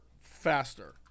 faster